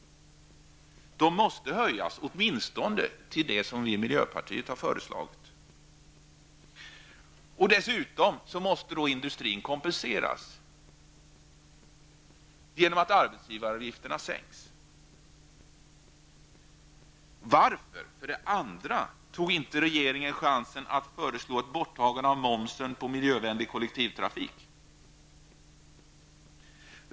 De måste höjas åtminstone till de nivåer som vi i miljöpartiet har föreslagit. Dessutom måste industrin kompenseras genom att arbetsgivaravgifterna sänks. För det andra: Varför tog inte regeringen chansen att föreslå ett borttagande av momsen på miljövänlig kollektivtrafik?